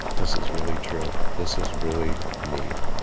this is really true. this is really neat.